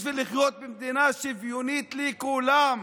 בשביל לחיות במדינה שוויונית לכולם.